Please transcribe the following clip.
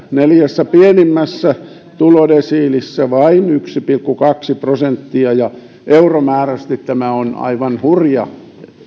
neljässä pienimmässä tulodesiilissä vain yksi pilkku kaksi prosenttia ja euromääräisesti tässä kasvussa on aivan hurja